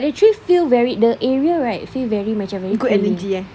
but the tree feel varied the area right feel very macam very good energy